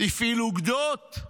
הפעיל אוגדות,